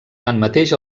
tanmateix